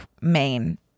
main